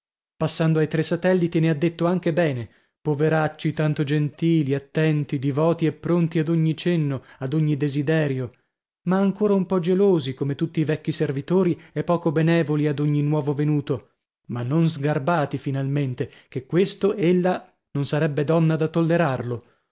passando ai tre satelliti ne ha detto anche bene poveracci tanto gentili attenti divoti e pronti ad ogni cenno ad ogni desiderio ma ancora un po gelosi come tutti i vecchi servitori e poco benevoli ad ogni nuovo venuto ma non sgarbati finalmente che questo ella non sarebbe donna da tollerarlo